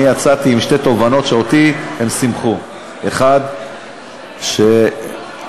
אני יצאתי עם שתי תובנות ששימחו אותי: 1. שהשר